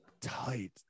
tight